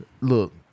Look